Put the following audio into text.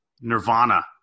Nirvana